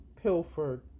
pilfered